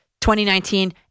2019